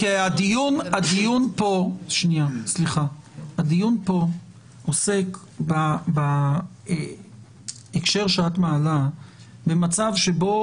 כי הדיון פה עוסק בהקשר שאת מעלה במצב שבו